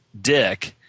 dick